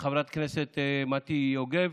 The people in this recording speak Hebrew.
חברת הכנסת מטי יוגב.